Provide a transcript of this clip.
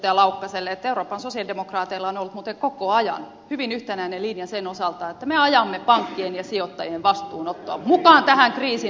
laukkaselle että euroopan sosialidemokraateilla on ollut muuten koko ajan hyvin yhtenäinen linja sen osalta että me ajamme pankkien ja sijoittajien vastuunottoa mukaan tähän kriisin hoitoon